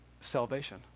salvation